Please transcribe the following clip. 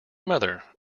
mother